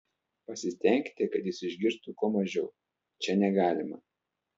pasistenkite kad jis išgirstų kuo mažiau čia negalima